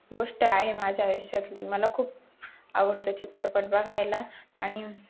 गोष्ट आहे माझ्या आयुष्यातली मला खूप आवडतं चित्रपट बघायला आणि